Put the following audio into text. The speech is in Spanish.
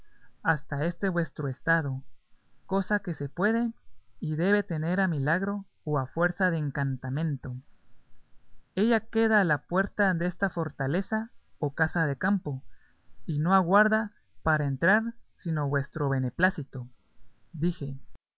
hasta este vuestro estado cosa que se puede y debe tener a milagro o a fuerza de encantamento ella queda a la puerta desta fortaleza o casa de campo y no aguarda para entrar sino vuestro beneplácito dije